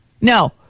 No